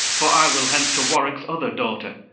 for i will hence to warwickes other daughter,